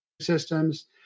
systems